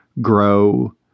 grow